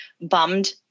bummed